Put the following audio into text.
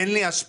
אין לי השפעה,